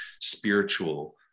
spiritual